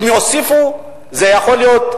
אם יוסיפו זה יכול להיות,